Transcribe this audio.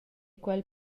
quel